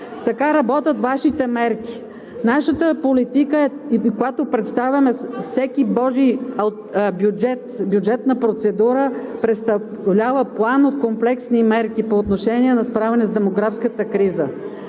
така работят Вашите мерки. Нашата политика и когато представяме всеки бюджет, всяка бюджетна процедура, представлява план от комплексни мерки по отношение на справяне с демографската криза.